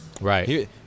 Right